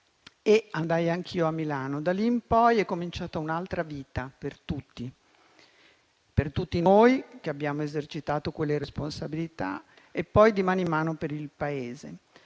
Andai anch'io a Milano. Di lì in poi è cominciata un'altra vita per tutti, per tutti noi che abbiamo esercitato quelle responsabilità e poi, di mano in mano, per il Paese.